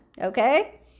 okay